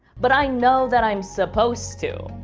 but i know that i'm supposed to.